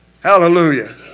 Hallelujah